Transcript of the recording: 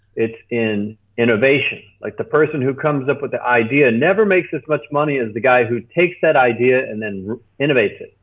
it's an innovation. like the person who comes up with the idea never makes as much money as the guy who takes that idea and then innovates it.